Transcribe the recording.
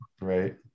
Right